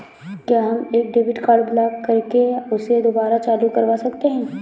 क्या हम एक डेबिट कार्ड ब्लॉक करके उसे दुबारा चालू करवा सकते हैं?